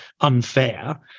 unfair